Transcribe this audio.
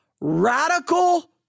Radical